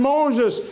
Moses